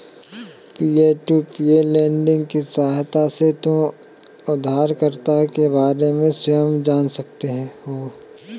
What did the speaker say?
peer to peer lending की सहायता से तुम उधारकर्ता के बारे में स्वयं जान सकते हो